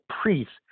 priests